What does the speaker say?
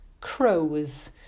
crows